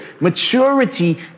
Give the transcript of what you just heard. maturity